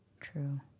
True